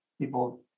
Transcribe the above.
People